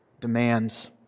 demands